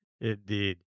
Indeed